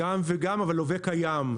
גם וגם, אבל לווה קיים.